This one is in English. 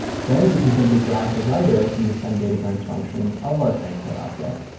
then we can simply grab the writer from the senddatagrams function of our transport object,